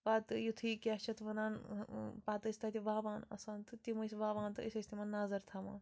پَتہٕ یُتھٕے کیٛاہ چھِ اَتھ وَنان پَتہٕ ٲسۍ تَتہِ وَوان آسان تہٕ تِم ٲسۍ وَوان تہٕ أسۍ ٲسۍ تِمَن نَظر تھاوان